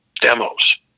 demos